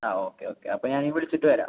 ആ okay okay അപ്പോൾ ഞാൻ വിളിച്ചിട്ട് വരാം